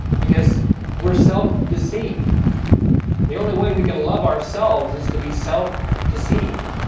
because we're self deceived the only way we can love ourselves is to be self deceived